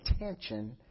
attention